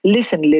Listen